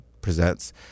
presents